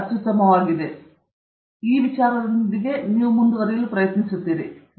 ಆದ್ದರಿಂದ ನಿಮ್ಮ ಕೆಲಸವನ್ನು ಇತರ ಜರ್ನಲ್ ಲೇಖನಗಳೊಂದಿಗೆ ಅಲ್ಲಿಯೇ ಸರಿಹೊಂದಿಸಿ